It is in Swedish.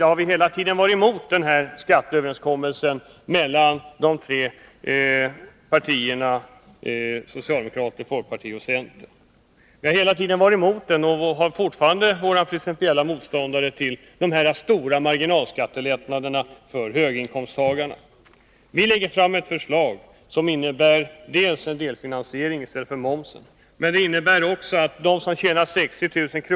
Vpk har hela tiden varit emot skatteöverenskommelsen mellan de tre partierna, socialdemokraterna, folkpartiet och centern. Vi är fortfarande principiellt motståndare till de stora marginalskattelättnaderna för höginkomsttagarna. Vi lägger fram ett förslag som dels innebär en delfinansiering i stället för momsen, dels innebär att de som tjänar 60 000 kr.